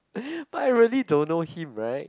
but I really don't know him right